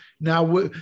now